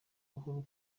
uhuru